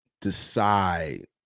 decide